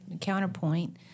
counterpoint